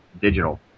digital